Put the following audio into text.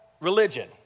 Religion